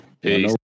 Peace